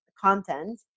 content